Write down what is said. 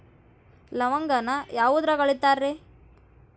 ಲವಂಗಾನ ಯಾವುದ್ರಾಗ ಅಳಿತಾರ್ ರೇ?